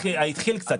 התחיל קצת.